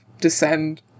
descend